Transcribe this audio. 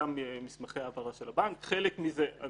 בעת ביצוע פעולה בפעם הראשונה של מקבל